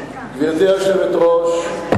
גברתי היושבת-ראש,